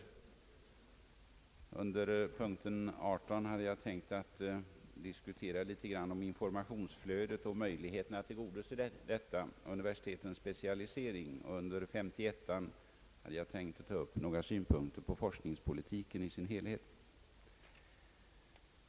Under punkten 18 hade jag tänkt att något diskutera informationsflödet och möjligheten att tillgodose detta. Under punkten 51 hade jag tänkt ta upp några synpunkter på forskningspolitiken i dess helhet.